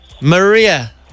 Maria